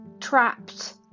trapped